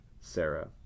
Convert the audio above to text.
Sarah